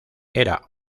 era